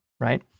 right